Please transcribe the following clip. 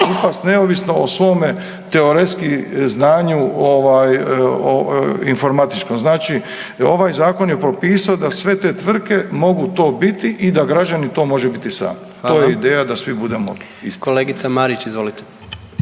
kupac neovisno o svome teoretski znanju informatičkom. Znači ovaj zakon je propisao da sve te tvrtke mogu to biti i da građani to mogu biti sami, to je ideja da svi budemo isti. **Jandroković, Gordan